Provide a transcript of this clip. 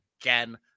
again